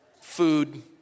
food